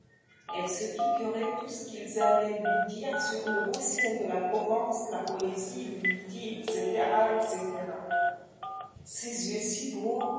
elle se figurait tout ce qu'ils allaient lui dire sur le beau ciel de la provence la poésie le midi etc etc ces yeux si